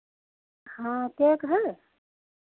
हाँ केक है